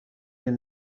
این